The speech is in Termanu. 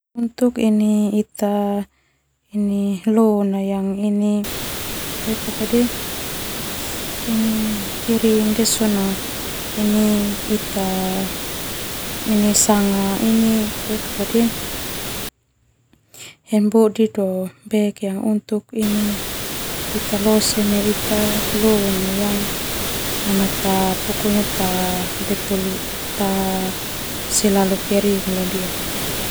Ita lona yang ini ini kering ndia sona ita sanga hanbodi untuk ini ita lose neu ita lona yang ta selalu kering.